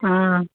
हँ